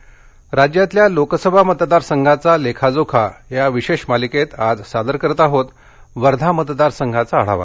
मतदारसंघ वर्धा राज्यातल्या लोकसभा मतदार संघांचा लेखा जोखा या विशेष मालिकेत आज सादर करत आहोत वर्धा मतदारसंघाचा आढावा